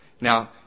Now